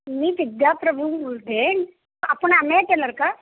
मी विद्या प्रभूणे बोलते आहे आपण अमेय टेलर का